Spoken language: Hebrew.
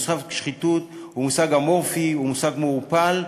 המושג "שחיתות" הוא מושג אמורפי, הוא מושג מעורפל,